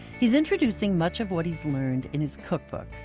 he's introducing much of what he's learned in his cookbook,